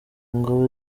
ngo